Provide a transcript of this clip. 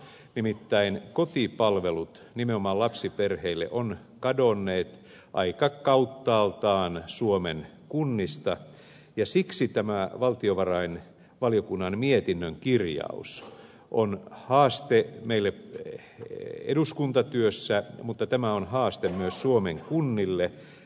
nimittäin kotipalvelut nimenomaan lapsiperheille ovat kadonneet aika kauttaaltaan suomen kunnista ja siksi tämä valtiovarainvaliokunnan mietinnön kirjaus on haaste meille eduskuntatyössä mutta tämä on myös haaste suomen kunnille